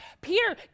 Peter